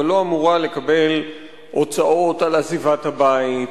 אבל לא אמורה לקבל הוצאות על עזיבת הבית,